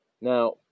now